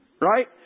right